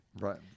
Right